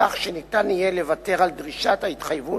כך שניתן יהיה לוותר על דרישת ההתחייבות,